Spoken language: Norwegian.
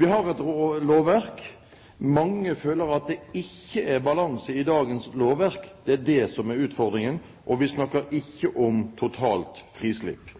Vi har et lovverk. Mange føler at det ikke er balanse i dagens lovverk. Det er det som er utfordringen, og vi snakker ikke om totalt frislipp.